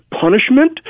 punishment